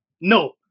No